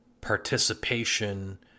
participation